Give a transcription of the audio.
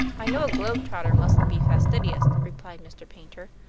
i know a globe-trotter mustn't be fastidious, replied mr. paynter.